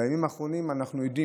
בימים האחרונים אנחנו עדים,